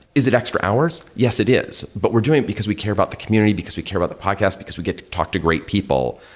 is it extra hours? yes it is, but we're doing it because we care about the community, because we care about podcast, because we get to talk to great people,